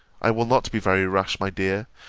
i will not be very rash, my dear,